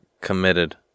committed